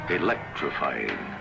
electrifying